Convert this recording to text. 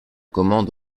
commande